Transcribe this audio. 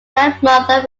grandmother